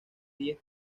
diez